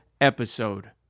episode